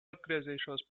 atgriezīšos